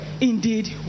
indeed